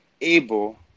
able